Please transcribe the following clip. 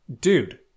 dude